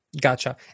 Gotcha